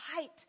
height